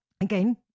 Again